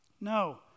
No